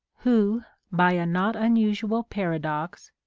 who, by a not unusual paradox,